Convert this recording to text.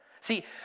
See